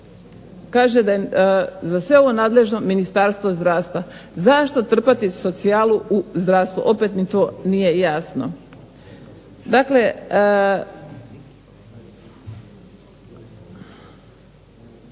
Kaže da je za sve ovo nadležno Ministarstvo zdravstva. Zašto trpati socijalu u zdravstvo? Opet mi to nije jasno.